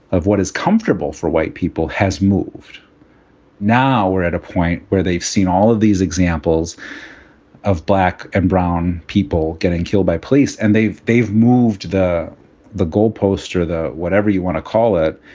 of what is comfortable for white people has moved now, we're at a point where they've seen all of these examples of black and brown people getting killed by police and they've they've moved the the goalposts or the whatever you want to call it,